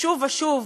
שוב ושוב,